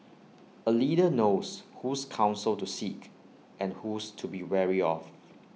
A leader knows whose counsel to seek and whose to be wary of